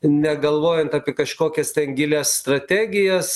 negalvojant apie kažkokias ten gilias strategijas